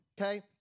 okay